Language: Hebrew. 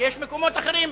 כי יש מקומות אחרים,